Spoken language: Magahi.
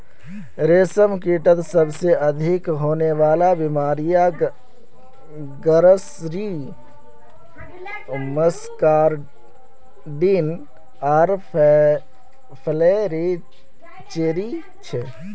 रेशमकीटत सबसे अधिक होने वला बीमारि ग्रासरी मस्कार्डिन आर फ्लैचेरी छे